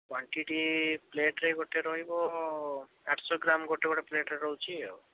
quantity ପ୍ଲେଟ୍ରେ ଗୋଟେ ରହିବ ଆଠଶହ ଗ୍ରାମ ଗୋଟେ ଗୋଟେ ପ୍ଲେଟ୍ରେ ରହୁଛି ଆଉ